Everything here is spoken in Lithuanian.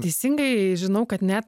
teisingai žinau kad net